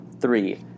three